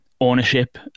ownership